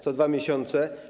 Co 2 miesiące.